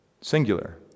Singular